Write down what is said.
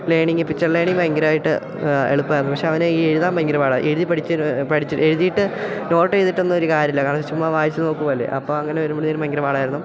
learning picture learning ഭയങ്കരമായിട്ട് എളുപ്പമായിരുന്നു പക്ഷെ അവന് ഈ എഴുതാൻ ഭയങ്കര പാടാണ് എഴുതി പഠിച്ച് പഠിച്ച് എഴുതിയിട്ട് നോട്ടെഴുതിയിട്ടൊന്നും ഒരു കാര്യമില്ല കാരണം ചുമ്മ വായിച്ചു നോക്കുകയല്ലേ അപ്പോഴങ്ങനെ വരുമ്പോഴത്തേനും ഭയങ്കര പാടായിരുന്നു